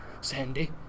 sandy